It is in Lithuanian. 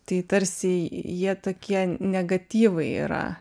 tai tarsi jie tokie negatyvai yra